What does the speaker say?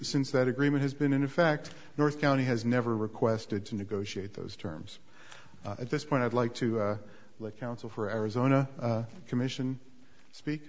since that agreement has been in effect north county has never requested to negotiate those terms at this point i'd like to let counsel for arizona commission speak